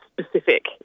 specific